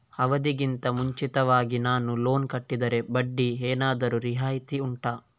ಅವಧಿ ಗಿಂತ ಮುಂಚಿತವಾಗಿ ನಾನು ಲೋನ್ ಕಟ್ಟಿದರೆ ಬಡ್ಡಿ ಏನಾದರೂ ರಿಯಾಯಿತಿ ಉಂಟಾ